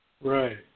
Right